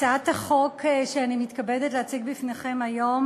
הצעת החוק שאני מתכבדת להציג כאן היום